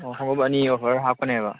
ꯑꯣ ꯈꯣꯡꯎꯞ ꯑꯅꯤ ꯑꯣꯐꯔ ꯍꯥꯞꯀꯅꯦꯕ